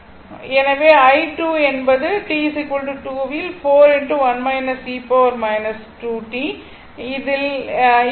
எனவே i2 அதாவது t 2 வில்இல் இது 3